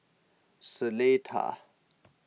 Seletar